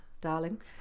darling